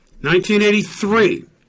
1983